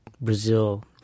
Brazil